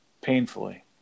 painfully